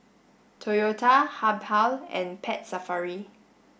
Toyota Habhal and Pet Safari